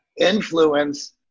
influence